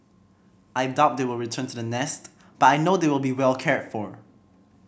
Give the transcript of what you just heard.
I doubt they will return to the nest but I know they will be well cared for